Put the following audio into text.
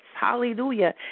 hallelujah